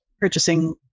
purchasing